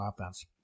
offense